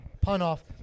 pun-off